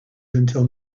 until